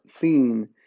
scene